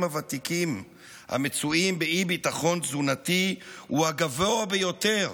הוותיקים המצויים באי-ביטחון תזונתי הוא הגבוה ביותר